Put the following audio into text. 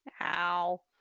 Ow